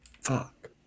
Fuck